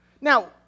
now